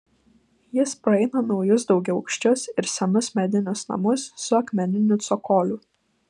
jis praeina naujus daugiaaukščius ir senus medinius namus su akmeniniu cokoliu